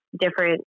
different